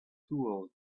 tools